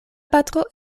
patro